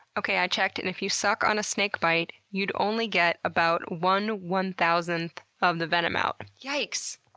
okay, i checked and if you suck on a snake bite you'd only get about one one-thousandth of the venom out. yikes.